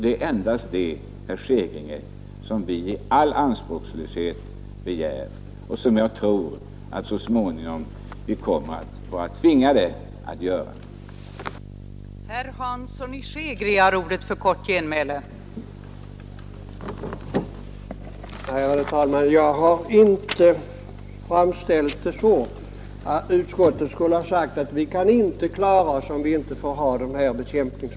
Det är endast detta, herr Hansson i Skegrie, som vi i all anspråkslöshet begär att man skall göra och som jag tror att man så småningom kommer att bli tvingad att göra.